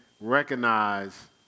recognize